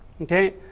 Okay